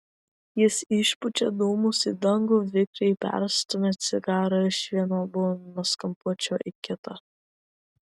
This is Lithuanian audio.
jis išpučia dūmus į dangų vikriai perstumia cigarą iš vieno burnos kampučio į kitą